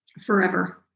forever